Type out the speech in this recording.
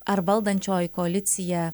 ar valdančioji koalicija